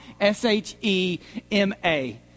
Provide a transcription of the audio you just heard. S-H-E-M-A